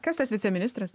kas tas viceministras